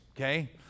okay